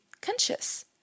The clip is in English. conscious